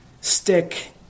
stick